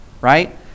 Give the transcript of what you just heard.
Right